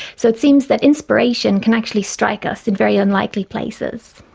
so it seems that inspiration can actually strike us in very unlikely places.